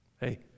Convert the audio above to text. Hey